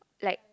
like